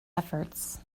efforts